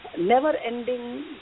never-ending